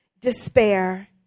despair